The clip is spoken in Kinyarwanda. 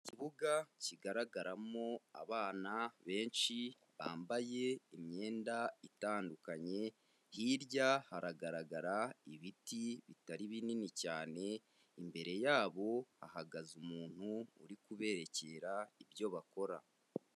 Ikibuga kigaragaramo abana benshi bambaye imyenda itandukanye, hirya haragaragara ibiti bitari binini cyane, imbere yabo hahagaze umuntu uri kuberekera ibyo bakora.